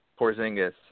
Porzingis